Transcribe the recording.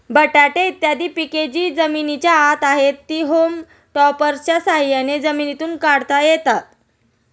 बटाटे इत्यादी पिके जी जमिनीच्या आत आहेत, ती होम टॉपर्सच्या साह्याने जमिनीतून काढता येतात